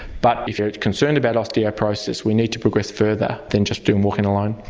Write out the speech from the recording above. but if we're concerned about osteoporosis we need to progress further than just doing walking alone.